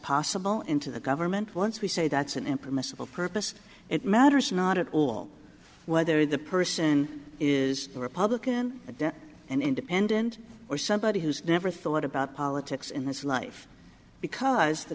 possible into the government once we say that's an impermissible purpose it matters not at all whether the person is a republican an independent or somebody who's never thought about politics in this life because the